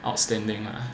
outstanding lah